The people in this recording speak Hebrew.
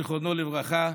זיכרונו לברכה,